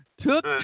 took